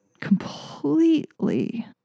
completely